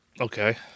Okay